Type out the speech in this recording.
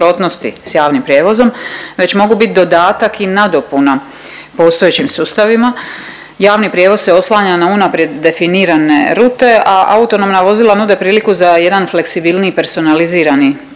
s javnim prijevozom već mogu bit dodatak i nadopuna postojećim sustavima. Javni prijevoz se oslanja na unaprijed definirane rute, a autonomna vozila nude priliku za jedan fleksibilniji, personalizirani